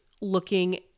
looking